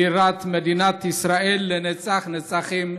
בירת מדינת ישראל לנצח נצחים,